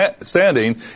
standing